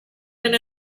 been